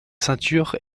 ceinture